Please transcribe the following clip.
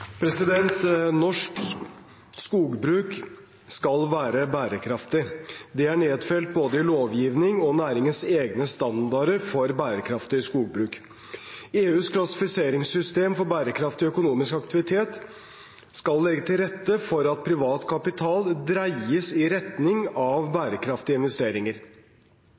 Norsk skogbruk skal være bærekraftig. Det er nedfelt både i lovgivning og i næringens egne standarder for bærekraftig skogbruk. EUs klassifiseringssystem for bærekraftig økonomisk aktivitet skal legge til rette for at privat kapital dreies i retning av bærekraftige investeringer.